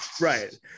right